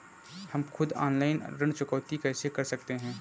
हम खुद ऑनलाइन ऋण चुकौती कैसे कर सकते हैं?